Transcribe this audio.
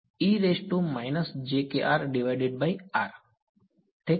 વિદ્યાર્થી ઠીક છે